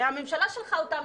הרי הממשלה שלחה אותם לשבת בבית.